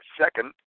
second